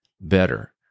better